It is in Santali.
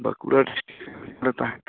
ᱵᱟᱸᱠᱩᱲᱟ ᱰᱤᱥᱴᱤᱠ ᱥᱮᱱ ᱨᱮᱞᱮ ᱛᱟᱦᱮᱸ ᱠᱟᱱᱟ